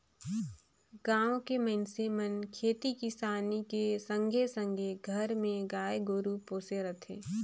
गाँव के मइनसे मन खेती किसानी के संघे संघे घर मे गाय गोरु पोसे रथें